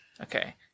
Okay